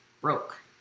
broke